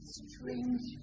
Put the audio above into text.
strange